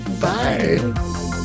bye